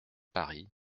paris